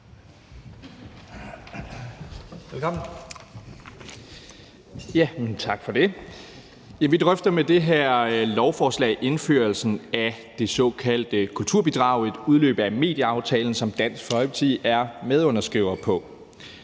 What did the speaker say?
(DF): Tak for det. Vi drøfter med det her lovforslag indførelsen af det såkaldte kulturbidrag, som er et udløb af medieaftalen, som Dansk Folkeparti er medunderskriver på.